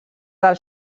del